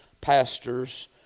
Pastors